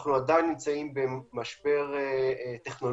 אנחנו עדיין נמצאים במשבר טכנולוגי,